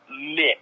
mix